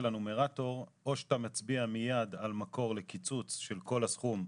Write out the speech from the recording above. הנומירטור או שאתה מצביע מיד על מקור לקיצוץ של כל הסכום,